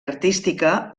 artística